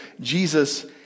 Jesus